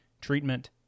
treatment